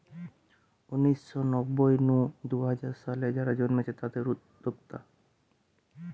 উনিশ শ নব্বই নু দুই হাজার সালে যারা জন্মেছে তাদির উদ্যোক্তা